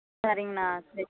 சரிங்கண்ணா சரி